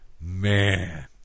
Man